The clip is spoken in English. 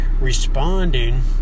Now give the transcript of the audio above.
responding